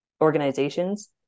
organizations